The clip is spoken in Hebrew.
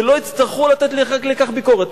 ולא יצטרכו לתת לכך ביקורת.